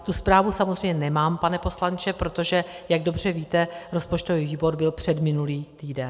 Tu zprávu samozřejmě nemám, pane poslanče, protože jak dobře víte, rozpočtový výbor byl předminulý týden.